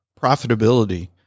profitability